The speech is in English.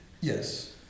Yes